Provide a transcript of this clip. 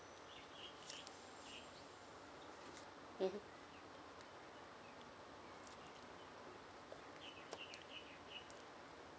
mmhmm